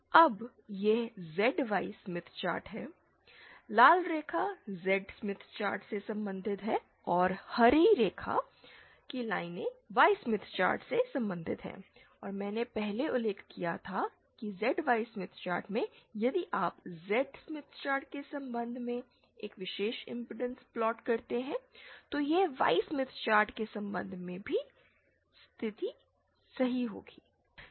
अब यह ZY Smith chart है लाल रेखा Z स्मिथ चार्ट से संबंधित है और हरे रंग की लाइनें Y स्मिथ चार्ट से संबंधित हैं और मैंने पहले उल्लेख किया था कि ZY स्मिथ चार्ट में यदि आप Z स्मिथ चार्ट के संबंध में एक विशेष इमपेडेंस प्लॉट करते हैं तो यह Y स्मिथ चार्ट के संबंध में भी स्थिति सही होगी